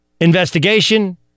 investigation